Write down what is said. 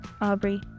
Aubrey